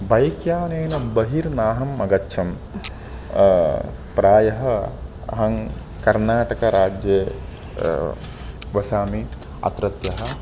bike यानेन बहिर्नाहम् अगच्छं प्रायः अहं कर्नाटकराज्ये वसामि अत्रत्यः